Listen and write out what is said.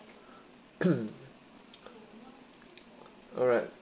alright